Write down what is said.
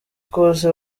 koze